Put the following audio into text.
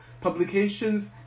publications